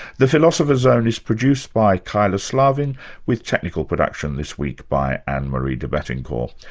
the philosopher's zone is produced by kyla slaven with technical production this week by anne-marie debettencor.